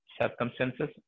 circumstances